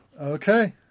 Okay